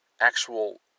actual